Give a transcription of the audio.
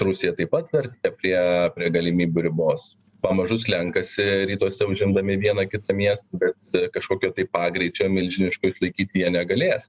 rusija taip pat artėja prie prie galimybių ribos pamažu slenkasi rytuose užimdami vieną kitą miestą bet kažkokio tai pagreičio milžiniško išlaikyti jie negalės